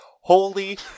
holy